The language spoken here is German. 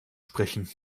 sprechen